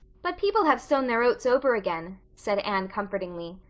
but people have sown their oats over again, said anne comfortingly,